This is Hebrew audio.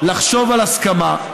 לחשוב על הסכמה,